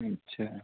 اچھا